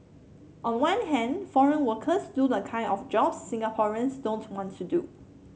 on one hand foreign workers do the kind of jobs Singaporeans don't want to do